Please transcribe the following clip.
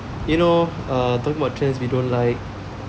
you know err talking about trends we don't like